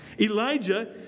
Elijah